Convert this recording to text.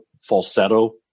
falsetto